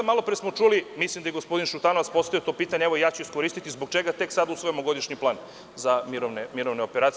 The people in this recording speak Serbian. Malo pre smo čuli, mislim da je i gospodin Šutanovac, postavi to pitanje, a i ja ću iskoristiti, zbog čega tek sada usvajamo godišnji plan za mirovne operacije?